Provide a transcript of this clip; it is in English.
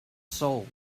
soul